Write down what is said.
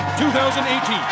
2018